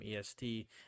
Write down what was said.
EST